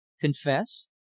Confess